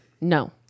No